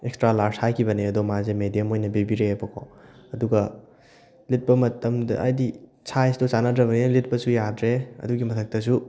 extra large ꯍꯥꯏꯈꯤꯕꯅꯦ ꯑꯗꯣ ꯃꯥꯁꯦ ꯃꯦꯗꯤꯌꯝ ꯑꯣꯏꯅ ꯄꯤꯕꯤꯔꯛꯑꯦꯕꯀꯣ ꯑꯗꯨꯒ ꯂꯤꯠꯄ ꯃꯇꯝꯗ ꯍꯥꯏꯗꯤ ꯁꯥꯏꯖꯇꯣ ꯆꯥꯟꯅꯗ꯭ꯔꯕꯅꯤꯅ ꯂꯤꯠꯄꯁꯨ ꯌꯥꯗ꯭ꯔꯦ ꯑꯗꯨꯒꯤ ꯃꯊꯛꯇꯁꯨ